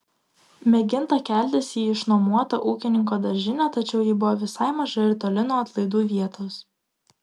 mėginta keltis į išnuomotą ūkininko daržinę tačiau ji buvo visai maža ir toli nuo atlaidų vietos